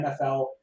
NFL